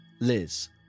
Liz